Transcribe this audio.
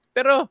Pero